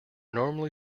normally